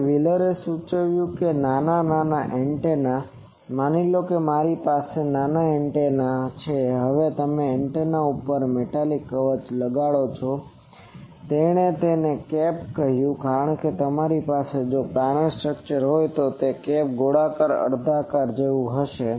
હવે વ્હીલરે સૂચવ્યું કે નાના એન્ટેના માની લો કે મારી પાસે એન્ટેના છે હવે તમે એન્ટેના ઉપર મેટાલિક કવચ લગાડો તેણે તેને કેપ કહ્યું કારણ કે જો તમારી પાસે પ્લાનર સ્ટ્રક્ચર હોય તો તે કેપ ગોળાકાર ગોળાર્ધની જેવું કંઈક હશે